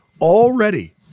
already